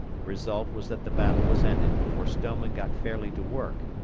result was that the battle was ended before stoneman got fairly to work,